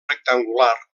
rectangular